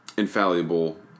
infallible